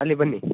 ಅಲ್ಲಿ ಬನ್ನಿ